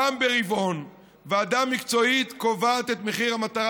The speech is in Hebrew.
פעם ברבעון ועדה מקצועית קובעת את מחיר המטרה